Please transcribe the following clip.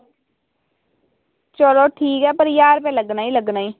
चलो ठीक ऐ पर ज्हार रपेआ लग्गना ई लग्गना ई